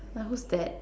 like who's that